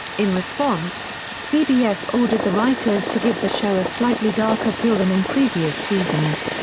in response, cbs ordered the writers to give the show a slightly darker feel than in previous seasons.